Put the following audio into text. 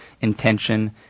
intention